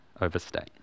overstate